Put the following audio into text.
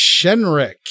Shenrik